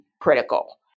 critical